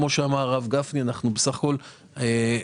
ברור